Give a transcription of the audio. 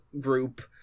group